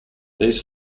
these